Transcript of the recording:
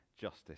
justice